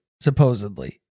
supposedly